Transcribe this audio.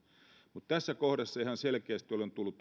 mutta tässä kohdassa ihan selkeästi on tullut